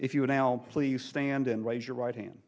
if you now please stand and raise your right hand